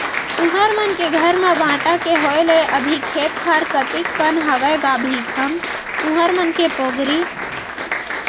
तुँहर मन के घर म बांटा के होय ले अभी खेत खार कतिक कन हवय गा भीखम तुँहर मन के पोगरी?